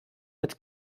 mit